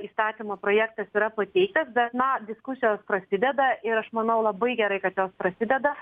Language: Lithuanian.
įstatymo projektas yra pateiktas bet na diskusijos prasideda ir aš manau labai gerai kad jos prasideda